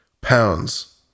pounds